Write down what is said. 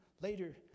later